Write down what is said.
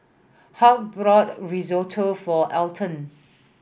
Hoke brought Risotto for Eldon